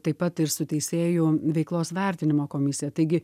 taip pat ir su teisėjų veiklos vertinimo komisija taigi